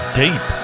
deep